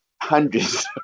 hundreds